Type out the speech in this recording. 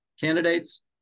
candidates